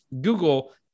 Google